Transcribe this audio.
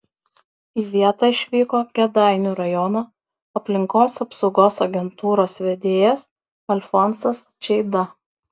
į vietą išvyko kėdainių rajono aplinkos apsaugos agentūros vedėjas alfonsas čeida